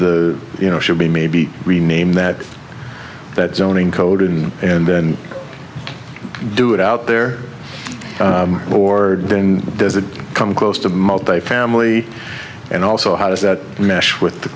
the you know should be maybe rename that that zoning code in and then do it out there or does it come close to multi family and also how does that mesh with the